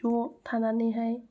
ज' थानानैहाय